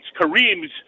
Kareem's